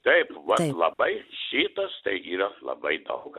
taip labai šitas tai yra labai daug